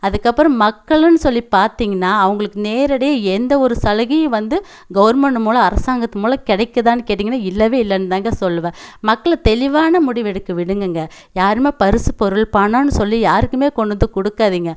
அதுக்கப்புறம் மக்களுன்னு சொல்லி பார்த்தீங்கன்னா அவங்களுக்கு நேரடியாக எந்த ஒரு சலுகையும் வந்து கவர்மெண்ட் மூலம் அரசாங்கத்து மூலம் கிடைக்கிதான்னு கேட்டீங்கன்னால் இல்லவே இல்லன்னு தாங்க சொல்லுவேன் மக்களை தெளிவான முடிவு எடுக்க விடுங்கங்க யாருமே பரிசு பொருள் பணம்னு சொல்லி யாருக்குமே கொண்டு வந்து கொடுக்காதீங்க